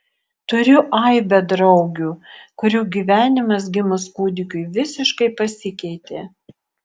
turiu aibę draugių kurių gyvenimas gimus kūdikiui visiškai pasikeitė